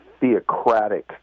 theocratic